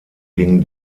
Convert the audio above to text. gingen